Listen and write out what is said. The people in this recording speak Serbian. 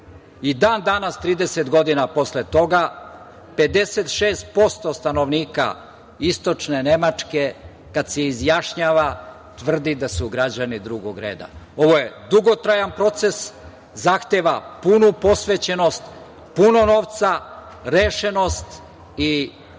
I dan-danas 30 godina posle toga 56% stanovnika istočne Nemačke kad se izjašnjava tvrdi da su građani drugog reda. Ovo je dugotrajan proces, zahteva punu posvećenost, puno novca, rešenost i definitivno